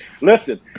listen